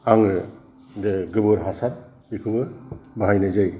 आङो बे गोबोर हासार बेखौबो बाहायनाय जायो